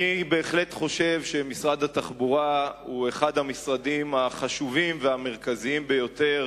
אני בהחלט חושב שמשרד התחבורה הוא אחד המשרדים החשובים והמרכזיים ביותר